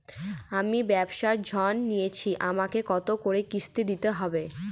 আমি ব্যবসার ঋণ নিয়েছি আমাকে কত করে কিস্তি দিতে হবে?